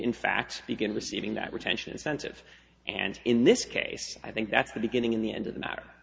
in fact begin receiving that retention incentive and in this case i think that's the beginning in the end of the matter